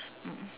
mm